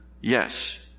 yes